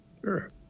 sure